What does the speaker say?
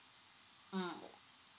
mm